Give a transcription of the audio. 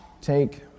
take